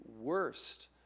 worst